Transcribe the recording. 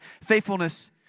Faithfulness